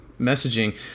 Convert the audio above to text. messaging